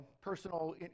personal